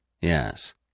Yes